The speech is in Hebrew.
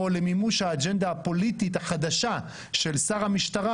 או למימוש האג'נדה הפוליטית החדשה של שר המשטרה,